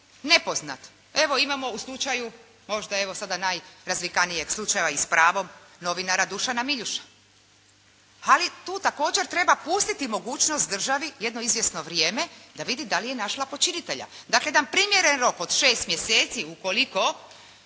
nepoznat. Evo imamo u slučaju, možda evo sada najrazvikanijeg slučaja i s pravom, novinara Dušana Miljuša, ali tu također treba pustiti mogućnost državi jedno izvjesno vrijeme da vidi da li je našla počinitelja. Dakle, jedan primjeren rok od 6 mjeseci, ukoliko